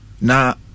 Now